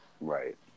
Right